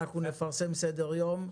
אנחנו נפרסם סדר-יום.